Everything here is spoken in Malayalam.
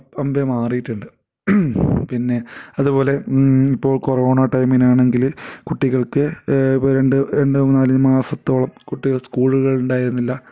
അമ്പെ മാറിയിട്ടുണ്ട് പിന്നെ അതുപോലെ ഇപ്പോൾ കൊറോണ ടൈമിനാണെങ്കിൽ കുട്ടികൾക്ക് ഇപ്പം രണ്ടു രണ്ടു മൂന്നാലു മാസത്തോളം കുട്ടികൾ സ്കൂളുകൾ ഉണ്ടായിരുന്നില്ല